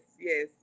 Yes